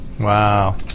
Wow